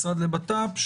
משרד הבט"פ,